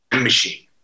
machine